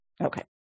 okay